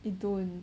we don't